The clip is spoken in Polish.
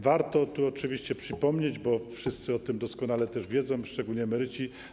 Warto oczywiście to przypomnieć, bo wszyscy o tym doskonale wiedzą, szczególnie emeryci.